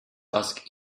ask